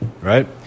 right